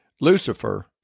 Lucifer